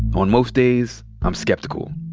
on most days i'm skeptical.